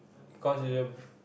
because it's a